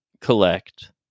collect